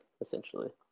essentially